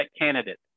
candidates